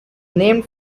named